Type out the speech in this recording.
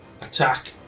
attack